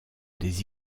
des